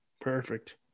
Perfect